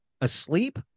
asleep